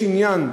יש עניין,